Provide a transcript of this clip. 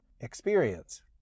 experience